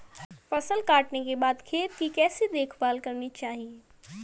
फसल काटने के बाद खेत की कैसे देखभाल करनी चाहिए?